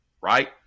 right